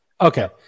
Okay